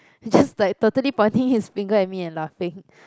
he's just like totally pointing his finger at me and laughing